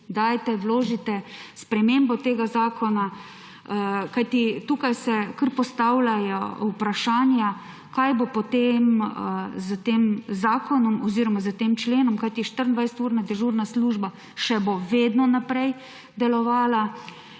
dajte, vložite spremembo tega zakona. Kajti tukaj se kar postavljajo vprašanja, kaj bo potem s tem zakonom oziroma s tem členom, kajti 24-urna dežurna služba bo še vedno naprej delovala